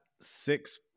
six